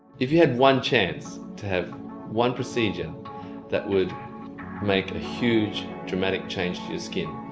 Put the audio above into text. if you had one chance to have one procedure that would make a huge dramatic change to your skin,